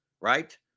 right